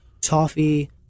toffee